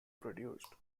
produced